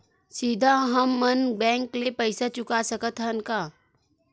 सीधा हम मन बैंक ले पईसा चुका सकत हन का?